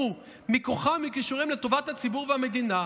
מכוחם ומכישוריהם לטובת הציבור והמדינה,